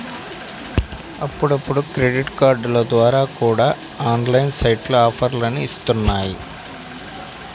అప్పుడప్పుడు క్రెడిట్ కార్డుల ద్వారా కూడా ఆన్లైన్ సైట్లు ఆఫర్లని ఇత్తన్నాయి